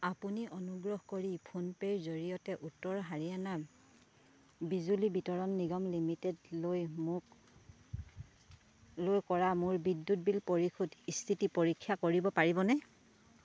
আপুনি অনুগ্ৰহ কৰি ফোনপে'ৰ জৰিয়তে উত্তৰ হাৰিয়ানা বিজুলী বিতৰণ নিগম লিমিটেডলৈ কৰা মোক লৈ কৰা মোৰ বিদ্যুৎ বিল পৰিশোধ স্থিতি পৰীক্ষা কৰিব পাৰিবনে